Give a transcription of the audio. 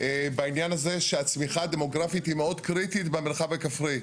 בעניין הזה שהצמיחה הדמוגרפית היא מאוד קריטית במרחב הכפרי.